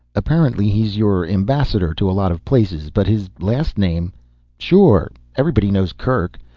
apparently he's your ambassador to a lot of places, but his last name sure, everybody knows kerk.